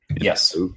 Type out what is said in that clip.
Yes